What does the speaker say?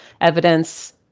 evidence